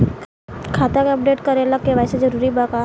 खाता के अपडेट करे ला के.वाइ.सी जरूरी बा का?